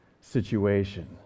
situation